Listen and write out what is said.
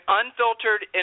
unfiltered